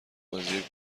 بازی